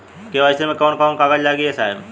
KYC मे कवन कवन कागज लगी ए साहब?